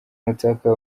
utaka